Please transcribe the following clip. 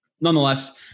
nonetheless